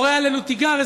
קורא עלינו תיגר,